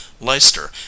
Leicester